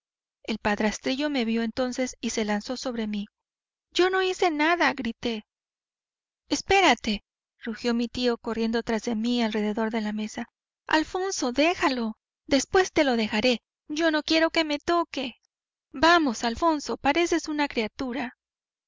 el padrastrillo me vió entonces y se lanzó sobre mí yo no hice nada grité espérate rugió mi tío corriendo tras de mí alrededor de la mesa alfonso déjalo después te lo dejaré yo no quiero que me toque vamos alfonso pareces una criatura